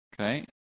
okay